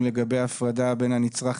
שאלה, אדוני,